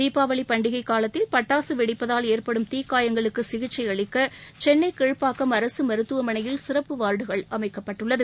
தீபாவளி பண்டிகை காலத்தில் பட்டாசு வெடிப்பதூல் ஏற்படும் தீக்காயங்களுக்கு சிகிச்சை அளிக்க சென்னை கீழ்ப்பாக்கம் அரசு மருத்துவமனையில் சிறப்பு வார்டுகள் அமைக்கப்பட்டுள்ளது